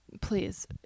please